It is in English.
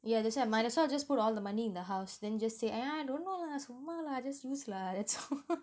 yeah that's why might as well put all the money in the house then just say ah don't know lah சும்மா:summa lah just use lah that's all